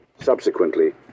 Subsequently